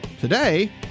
Today